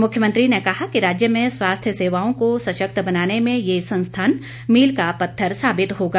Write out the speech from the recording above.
मुख्यमंत्री ने कहा कि राज्य में स्वास्थ्य सेवाओ को सशक्त बनाने में ये संस्थान मील का पत्थर साबित होगा